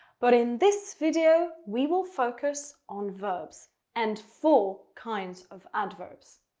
but in this video, we will focus on verbs and four kinds of adverbs.